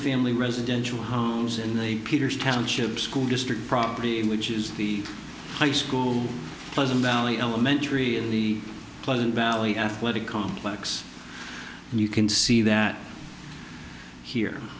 family residential homes in the peters township school district property in which is the high school pleasant valley elementary in the pleasant valley athletic complex and you can see that here